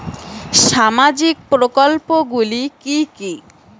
সামাজিক প্রকল্পগুলি কি কি?